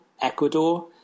Ecuador